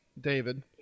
David